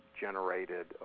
generated